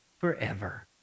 forever